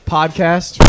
Podcast